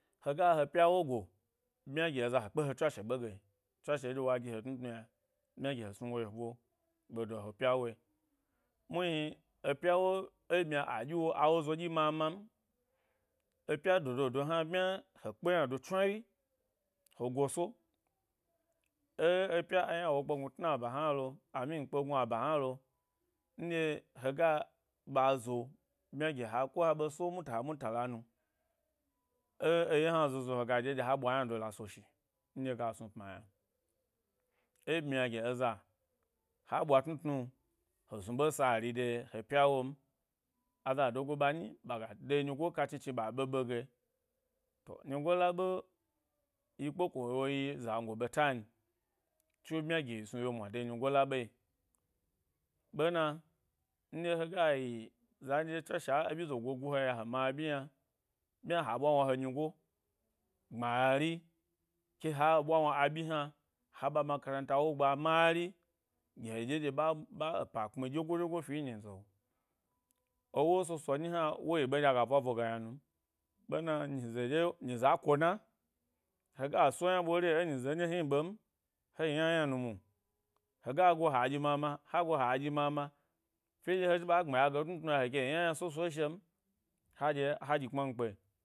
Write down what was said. Hega, he pyawo go bmya gi eza he tswashe ɓege, tswashe eɗye wa gi he tnu tnu yna bmya gi he snu wo yebo ɓedo he; pya woe muhni ‘pya wo, e bmya dodo hna bmya he kpe ynad chnwawyi he goso ẻ epya ynawo kpe tnaba hna lo i mean kpe gnuaba hnalo, hega ɓa zo bmya gi ha, ko ha ɓe so mutala mutala nu ẻ eya hna 2020, hega ɗye ɗye ha ɓwa ynado la so shi, nɗye gas nu ‘pm yna e bmya gi eza ha, ɓwa tnutnu he snu ɓe sari de he piya wom azado go ɓamyi ɓa ga nyigo k aka chni chni ɓa ɓeɓe ge, to nyigola ɓe yi kpe ko ɗye yi zango ɓetan tso bmya gi yi snu whyemwa de nyigo la ɓe. Ɓena, nɗye hega yi za ɗye tswashe a e byi zogo gu heya he ma aɓyi yna bmya ha ɓwa wna he nyigo gbmari ke ha e ɓwa wna ha ɓyi hna, ha ɓa makaranta ‘wo gba mari gi he ɗye ɓa ɓa epa kpmi ɗyegoi ɗyegoi fi nyi ze’o ewo soso nyi hna woyi be aga bwa ɓwe ga yna num ɓe na, nyize ɗye nyize a ko na, hega so yna ɓore, ẻ nyize nɗye hni ɓe m he yi yna yna nu mwo hega go ha dyi ma ma, ha go ha ɗyi mama fye ɗye he zhi gɓmiya go tnu tnu’o yna he ke yi yna yna soso shi’om ha ɗye, ha ɗyi kpmankpe.